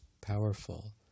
powerful